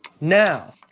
Now